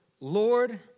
Lord